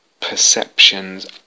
perceptions